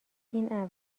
این